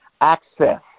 access